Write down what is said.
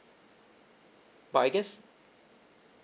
but I guess